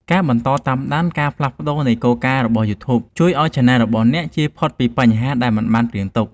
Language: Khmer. ការបន្តតាមដានការផ្លាស់ប្តូរនៃគោលការណ៍របស់ យូធូប ជួយឱ្យឆានែលរបស់អ្នកជៀសផុតពីបញ្ហាដែលមិនបានព្រាងទុក។